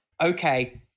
Okay